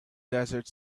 desert